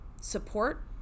support